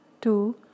two